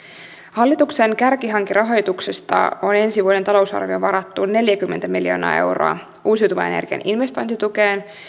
hallituksen kärkihankerahoituksesta on ensi vuoden talousarvioon varattu neljäkymmentä miljoonaa euroa uusiutuvan energian investointitukeen